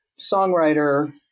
songwriter